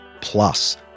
plus